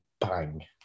bang